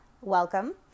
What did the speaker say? welcome